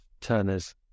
Turner's